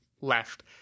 left